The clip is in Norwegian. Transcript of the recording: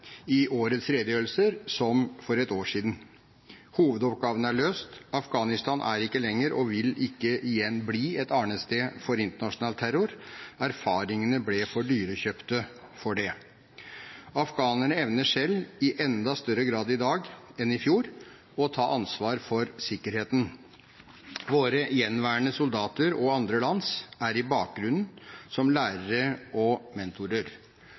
i årets redegjørelser som det som ble tegnet for ett år siden. Hovedoppgaven er løst – Afghanistan er ikke lenger og vil ikke igjen bli et arnested for internasjonal terror, erfaringene ble for dyrekjøpt. Afghanerne evner selv, i enda større grad i dag enn i fjor, å ta ansvar for sikkerheten. Våre gjenværende – og andre lands – soldater er i bakgrunnen, som lærere og mentorer.